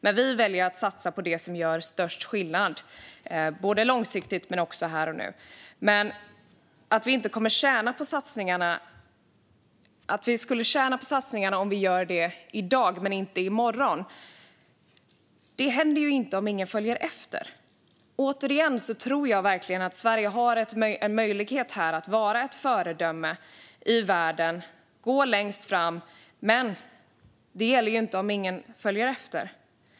Men vi väljer att satsa på det som gör störst skillnad både långsiktigt och här och nu. Att vi skulle tjäna på satsningar som vi gör i dag och inte i morgon händer inte om ingen följer efter. Återigen tror jag verkligen att Sverige har en möjlighet att vara ett föredöme i världen och gå längst fram. Men det gäller inte om ingen följer efter.